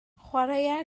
chwaraea